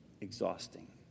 exhausting